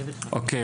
אוקיי.